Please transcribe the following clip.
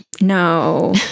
No